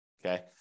Okay